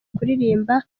kuririmba